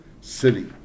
city